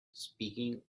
speaking